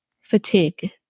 fatigue